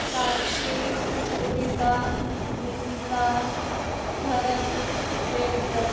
साक्षी उदिता निकिता भरतः देवव्रतः